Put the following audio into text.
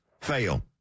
Fail